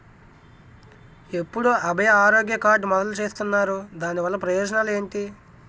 ఎప్పుడు అభయ ఆరోగ్య కార్డ్ మొదలు చేస్తున్నారు? దాని వల్ల ప్రయోజనాలు ఎంటి?